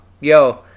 yo